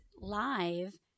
live